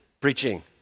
preaching